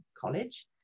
college